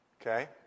Okay